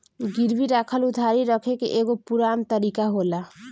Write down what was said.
गिरवी राखल उधारी रखे के एगो पुरान तरीका होला